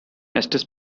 estes